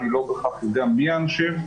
אני לא בהכרח יודע מי האנשים.